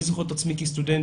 אני זוכר את עצמי כסטודנט,